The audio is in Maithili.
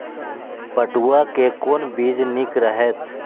पटुआ के कोन बीज निक रहैत?